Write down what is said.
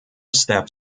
step